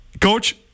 Coach